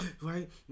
Right